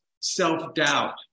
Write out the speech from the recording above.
self-doubt